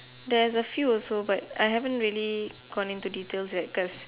there's a few also but I haven't really gone into details yet cause